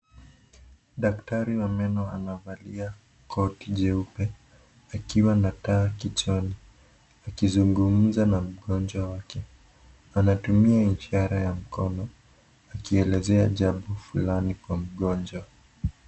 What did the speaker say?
Daktari wa meno anavalia koti jeupe akiwa na taa kichwani akizungumza na mgonjwa wake. Anatumia ishara ya mkono akielezea jambo fulani kwa mgonjwa.